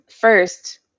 first